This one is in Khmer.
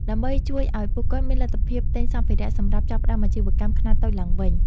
ដើម្បីជួយឱ្យពួកគាត់មានលទ្ធភាពទិញសម្ភារៈសម្រាប់ចាប់ផ្ដើមអាជីវកម្មខ្នាតតូចឡើងវិញ។